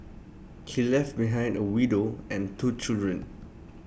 he left behind A widow and two children